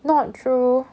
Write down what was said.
not true